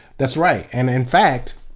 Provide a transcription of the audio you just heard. that's right. and in fact,